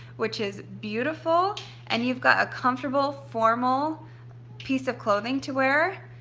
which is beautiful and you've got a comfortable, formal piece of clothing to wear.